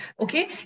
Okay